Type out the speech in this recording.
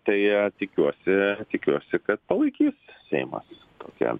tai tikiuosi tikiuosi kad palaikys seimas tokią